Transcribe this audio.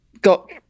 got